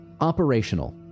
operational